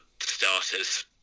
starters